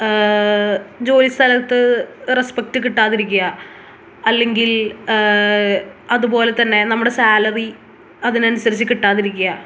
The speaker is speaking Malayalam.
ജോലി സ്ഥലത്ത് റെസ്പെക്ട് കിട്ടാതിരിക്കുക അല്ലെങ്കിൽ അതുപോലെ തന്നെ നമ്മുടെ സാലറി അതിനനുസരിച്ച് കിട്ടാതിരിക്കുക